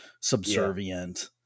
subservient